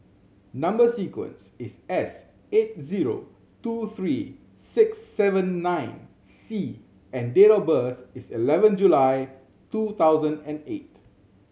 number sequence is S eight zero two three six seven nine C and date of birth is eleven July two thousand and eight